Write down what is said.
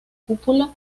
cúpula